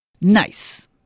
Nice